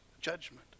judgment